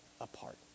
apart